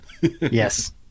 Yes